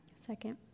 Second